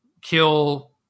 kill